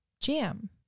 jam